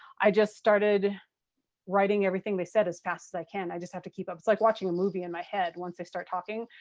i just started writing everything they said as fast as i can. i just have to keep up. it's like watching a movie in my head once they start talking.